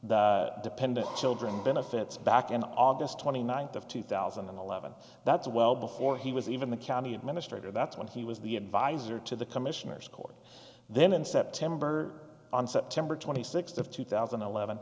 the dependent children benefits back in august twenty ninth of two thousand and eleven that's well before he was even the county administrator that's when he was the advisor to the commissioners court then in september on september twenty sixth of two thousand and eleven